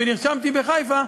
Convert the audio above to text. ונרשמתי בחיפה,